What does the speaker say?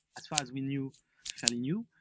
as far as we knew fairly new,